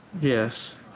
Yes